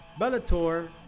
Bellator